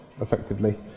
effectively